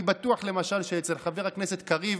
אני בטוח שחבר הכנסת קריב,